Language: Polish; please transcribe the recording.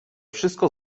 wszystko